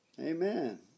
Amen